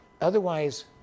Otherwise